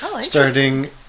starting